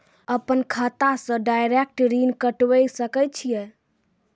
अपन खाता से डायरेक्ट ऋण कटबे सके छियै?